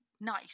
nice